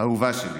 אהובה שלי,